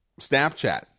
snapchat